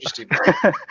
interesting